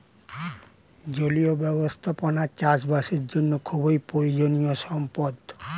জলীয় ব্যবস্থাপনা চাষবাসের জন্য খুবই প্রয়োজনীয় সম্পদ